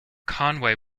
conway